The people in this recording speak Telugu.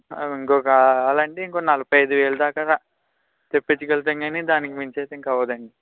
ఇంకొకటి కావాలి అంటే నలభై ఐదు వేల దాకా తెప్పించగలుగుతాం కానీ దానికి మించి అయితే ఇంకా అవదు అండి